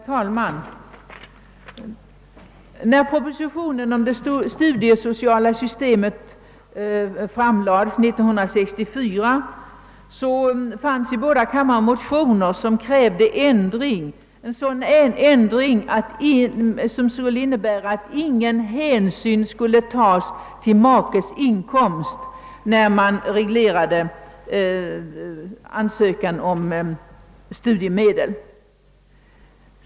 Herr talman! Sedan propositionen om det studiesociala systemet framlagts 1964 väcktes i båda kamrarna motioner, som krävde ändring — en ändring som skulle innebära att ingen hänsyn skulle tas till makes inkomst vid ansökan om studiemedel.